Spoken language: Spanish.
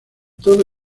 todo